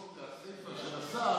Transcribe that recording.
בעקבות הסיפה של השר,